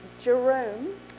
Jerome